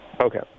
Okay